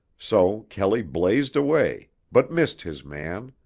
so kelley blazed away, but missed his man.